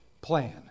plan